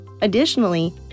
Additionally